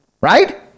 Right